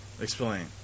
Explain